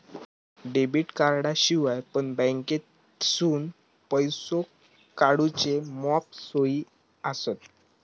debit कार्डाशिवाय पण बँकेतसून पैसो काढूचे मॉप सोयी आसत